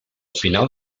final